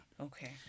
Okay